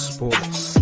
Sports